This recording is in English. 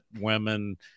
women